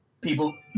People